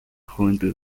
juventud